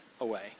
away